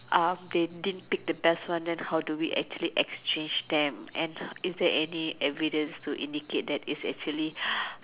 um they didn't pick the best one then how do we actually exchange them and is there any evidence to indicate that is actually